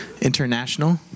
International